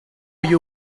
you